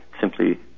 simply